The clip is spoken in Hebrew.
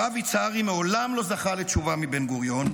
הרב יצהרי מעולם לא זכה לתשובה מבן-גוריון,